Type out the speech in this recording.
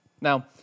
Now